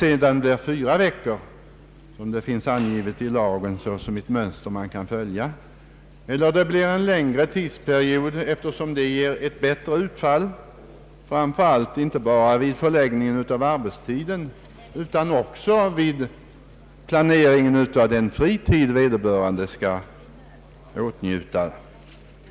Det kan bli fyra veckor, som det finns angivet i lagen såsom ett mönster att följa, eller en längre tidsperiod om det ger ett bättre utfall inte bara vid förläggningen av arbetstiden utan också vid planeringen av den fritid vederbörande skall åtnjuta.